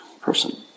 person